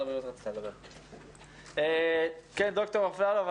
ד"ר אפללו,